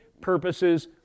purposes